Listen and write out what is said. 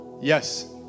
Yes